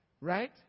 Right